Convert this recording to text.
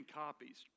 copies